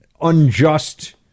unjust